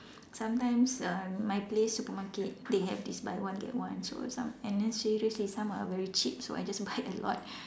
sometimes err my place supermarket they have this buy one get one so some and then seriously some are very cheap so I just buy a lot